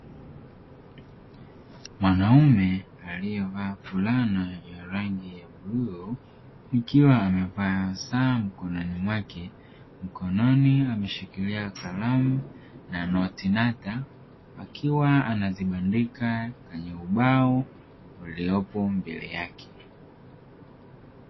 Mwanaume alievaa fulana ya rangi ya bluu ikiwa amevaa saa mkononi mwake mkononi ameshikilia kalamu na notinata akiwa anazibandika kwenye ubao uliyopo mbele yake.